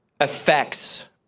effects